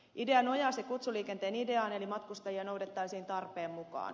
idea nojasi kutsuliikenteen ideaan eli matkustajia noudettaisiin tarpeen mukaan